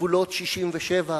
גבולות 67'